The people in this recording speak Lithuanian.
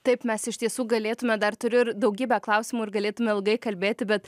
taip mes iš tiesų galėtume dar turiu ir daugybę klausimų ir galėtume ilgai kalbėti bet